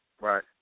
Right